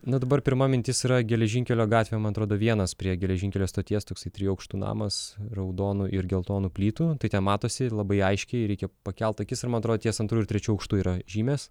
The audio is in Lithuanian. na dabar pirma mintis yra geležinkelio gatvė man atrodo vienas prie geležinkelio stoties toksai trijų aukštų namas raudonų ir geltonų plytų tai ten matosi ir labai aiškiai reikia pakelt akis ir man atrodo ties antru ir trečiu aukštu yra žymės